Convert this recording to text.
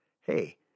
hey